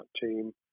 team